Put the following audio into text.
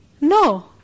No